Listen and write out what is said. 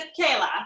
Kayla